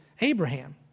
Abraham